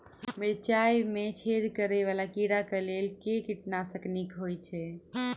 मिर्चाय मे छेद करै वला कीड़ा कऽ लेल केँ कीटनाशक नीक होइ छै?